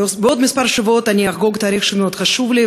בעוד כמה שבועות אני אחגוג תאריך מאוד חשוב לי,